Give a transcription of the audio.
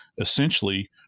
essentially